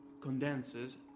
condenses